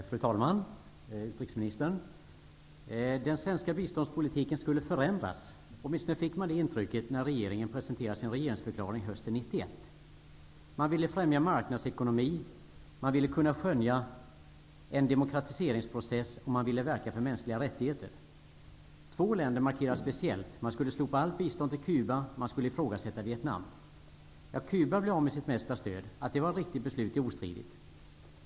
Fru talman! Fru utrikesminister! Den svenska biståndspolitiken skulle förändras -- åtminstone fick man det intrycket när regeringen presenterade sin regeringsförklaring hösten 1991. Man ville främja marknadsekonomi, man ville kunna skönja en demokratiseringsprocess, och man ville verka för mänskliga rättigheter. Två länder markerades speciellt. Man skulle slopa allt bistånd till Cuba, och man skulle ifrågasätta Vietnam. Cuba blev av med det mesta av sitt stöd. Att det var ett riktigt beslut är ostridigt.